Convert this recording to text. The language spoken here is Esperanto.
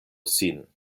sin